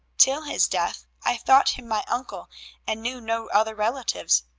till his death i thought him my uncle and knew no other relatives.